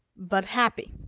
but happy.